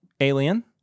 Alien